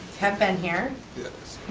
have been here. yes.